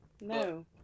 No